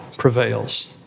prevails